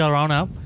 Roundup